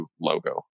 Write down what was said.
logo